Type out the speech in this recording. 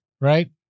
right